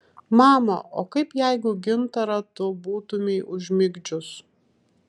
mama o kaip jeigu gintarą tu būtumei užmigdžius